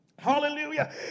hallelujah